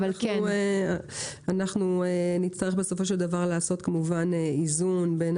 אנחנו נצטרך בסופו של דבר לעשות כמובן איזון בין